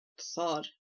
thought